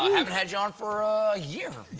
haven't had you on for a year,